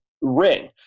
ring